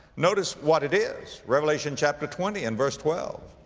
notice what it is. revelation chapter twenty and verse twelve,